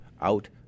out